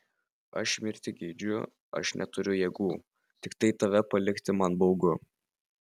aš mirti geidžiu aš neturiu jėgų tiktai tave palikti man baugu